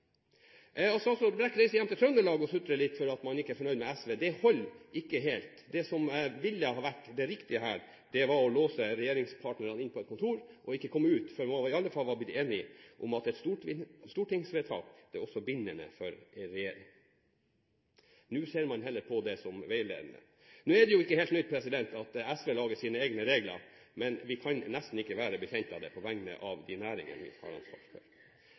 Brekk reiser hjem til Trøndelag og sutrer litt fordi man ikke er fornøyd med SV, holder ikke helt. Det som ville vært det riktige her, var å låse regjeringspartnerne inne på et kontor, slik at de ikke kunne komme ut før de i alle fall var blitt enige om at et stortingsvedtak også er bindende for regjeringen. Nå ser man heller på det som veiledende. Nå er det ikke helt nytt at SV lager sine egne regler, men vi kan nesten ikke være bekjent av det på vegne av de næringene som vi har ansvaret for. Er statsråden riktig sitert i Trønder-Avisa, og hva mener statsråden han kan gjøre for